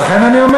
לכן אני אומר